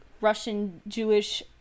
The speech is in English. Russian-Jewish